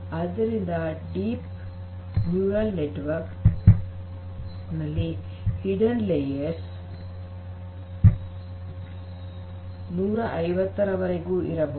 ಆದ್ದರಿಂದ deep neural network ನಲ್ಲಿ hidden layers ೧೫೦ ರವರೆಗೂ ಇರಬಹುದು